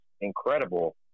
incredible